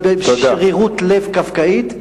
אלא בשרירות לב קפקאית,